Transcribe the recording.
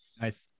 Nice